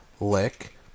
lick